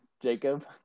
Jacob